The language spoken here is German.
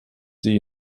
sie